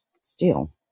steel